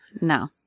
No